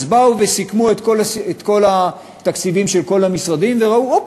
אז באו וסיכמו את כל התקציבים של כל המשרדים וראו: אופס,